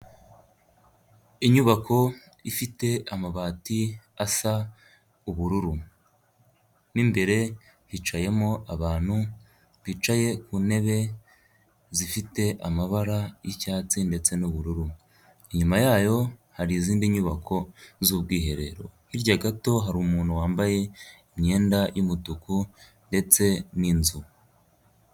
Inyubako ifite amabati asa ubururu. mo imbere hicayemo abantu bicaye ku ntebe zifite amabara y'icyatsi ndetse n'ubururu, inyuma yayo hari izindi nyubako zubwiherero, hirya gato hari umuntu wambaye imyenda y'umutuku ndetse n'inzu.